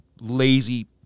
lazy